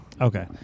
Okay